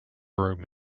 room